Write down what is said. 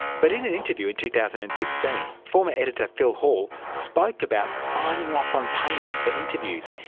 but in an interview in two thousand and sixteen, former editor phil hall spoke about signing off on payments for interviews,